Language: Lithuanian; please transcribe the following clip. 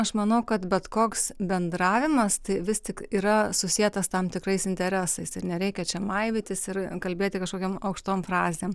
aš manau kad bet koks bendravimas tai vis tik yra susietas tam tikrais interesais ir nereikia čia maivytis ir kalbėti kažkokiom aukštom frazėm